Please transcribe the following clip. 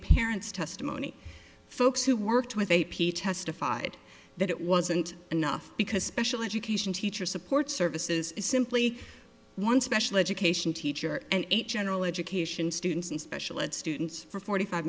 parents testimony folks who worked with a p testified that it wasn't enough because special education teacher support services is simply one special education teacher and general education students and special ed students for forty five